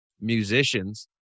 musicians